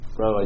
Bro